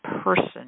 person